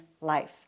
life